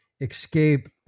escape